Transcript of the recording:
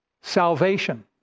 salvation